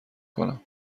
کنم